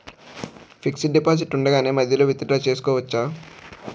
Fixed deposit ఉండగానే మధ్యలో withdraw చేసుకోవచ్చా?